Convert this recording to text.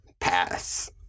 pass